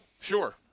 sure